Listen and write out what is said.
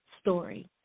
story